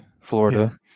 Florida